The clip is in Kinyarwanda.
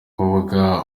abakora